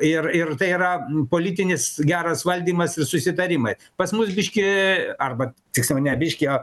ir ir tai yra politinis geras valdymas ir susitarimai pas mus biškį arba tiksliau ne biškį o